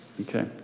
okay